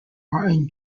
martin